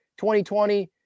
2020